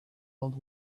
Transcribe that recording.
old